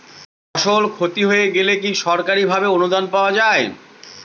ফসল ক্ষতি হয়ে গেলে কি সরকারি ভাবে অনুদান পাওয়া য়ায়?